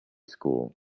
school